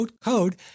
code